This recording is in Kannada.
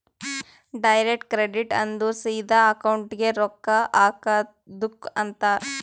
ಡೈರೆಕ್ಟ್ ಕ್ರೆಡಿಟ್ ಅಂದುರ್ ಸಿದಾ ಅಕೌಂಟ್ಗೆ ರೊಕ್ಕಾ ಹಾಕದುಕ್ ಅಂತಾರ್